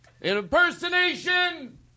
impersonation